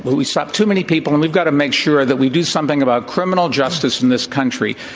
we shot too many people. and we've got to make sure that we do something about criminal justice in this country.